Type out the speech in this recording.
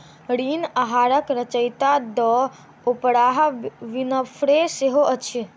ऋण आहारक रचयिता द ओपराह विनफ्रे शो अछि